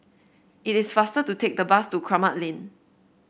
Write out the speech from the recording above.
it is faster to take the bus to Kramat Lane